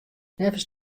neffens